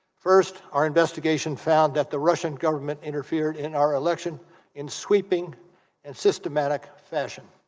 first our investigation found that the russian government interfered in our election in sweeping and systematic fashion